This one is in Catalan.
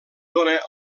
dóna